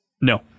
No